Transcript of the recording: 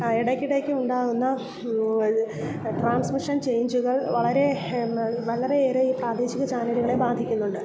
ആ ഇടയ്ക്കിടയ്ക്ക് ഉണ്ടാകുന്ന ട്രാൻസ്മിഷൻ ചെയ്ഞ്ചുകൾ വളരെ വളരെയേറെ ഈ പ്രാദേശിക ചാനലുകളെ ബാധിക്കുന്നുണ്ട്